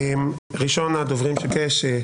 ראשון הדוברים שביקש,